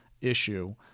issue